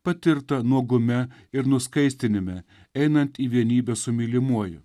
patirtą nuogume ir nuskaistinime einant į vienybę su mylimuoju